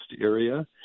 area